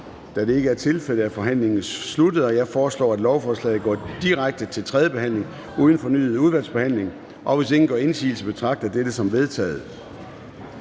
Da det ikke er tilfældet, er forhandlingen sluttet. Jeg foreslår, at lovforslaget går direkte til tredje behandling uden fornyet udvalgsbehandling, og hvis ingen gør indsigelse, betragter jeg dette som vedtaget.